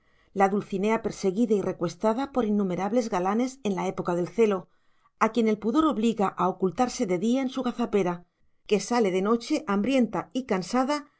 la dulcinea perseguida y recuestada por innumerables galanes en la época del celo a quien el pudor obliga a ocultarse de día en su gazapera que sale de noche hambrienta y cansada